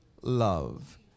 Love